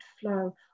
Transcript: flow